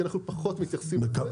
כי אנחנו פחות מתייחסים לזה,